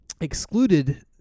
excluded